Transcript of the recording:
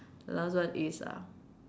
last one is uh